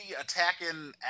attacking